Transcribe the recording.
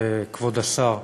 כבוד השר,